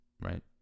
right